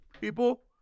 people